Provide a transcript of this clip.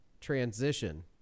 transition